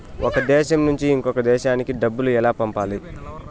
ఒక దేశం నుంచి ఇంకొక దేశానికి డబ్బులు ఎలా పంపాలి?